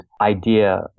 idea